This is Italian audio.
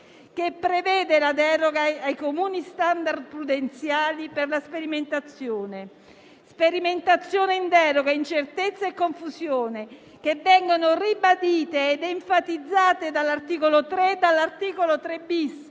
che prevede la deroga ai comuni *standard* prudenziali per la sperimentazione). Sperimentazione in deroga, incertezza e confusione vengono ribadite ed enfatizzate dagli articoli 3 e 3-*bis*